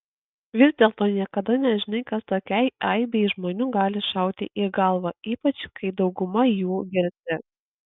vis dėlto niekada nežinai kas tokiai aibei žmonių gali šauti į galvą ypač kai dauguma jų girti